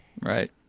Right